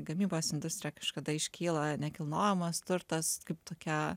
gamybos industrija kažkada iškyla nekilnojamas turtas kaip tokia